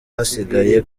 hasigaye